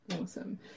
awesome